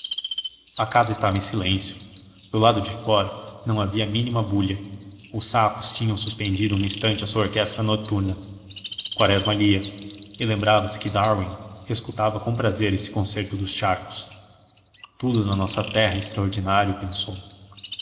a casa estava em silêncio do lado de fora não havia a mínima bulha os sapos tinham suspendido um instante a sua orquestra noturna quaresma lia e lembrava-se que darwin escutava com prazer esse concerto dos charcos tudo na nossa terra é extraordinário pensou